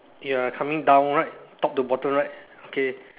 you're coming down right top to bottom right okay